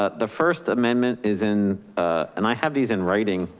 the first amendment is in and i have these in writing.